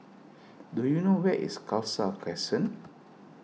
do you know where is Khalsa Crescent